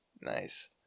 Nice